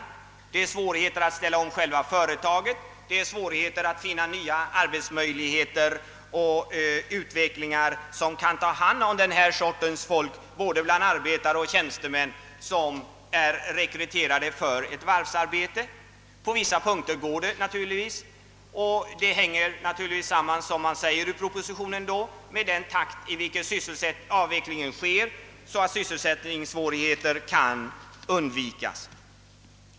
Det blir svårigheter att ställa om själva företaget, det blir svårigheter att finna nya arbetsmöjligheter, nya produktionsgrenar som kan ta hand om både arbetare och tjänstemän, rekryterade för varvsarbete. På vissa punkter går det kanske bra, och det hänger samman, som man säger i propositionen, med den takt i vilken avvecklingen sker så att sysselsättningssvårigheter kan undvikas.